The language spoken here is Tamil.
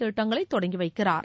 திட்டங்களை தொடங்கி வைக்கிறார்